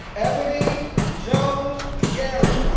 ebony jones garrett,